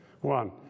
One